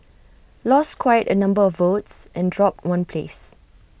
lost quite A number of votes and dropped one place